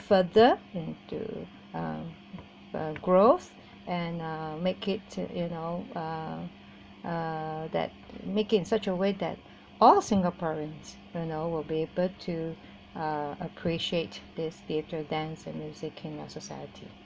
further into uh uh growth and uh make it to you know uh uh that making in such a way that all singaporeans you know will be able to uh appreciate this theatre dance and music in our society